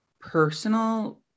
personal